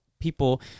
People